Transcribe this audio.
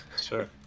Sure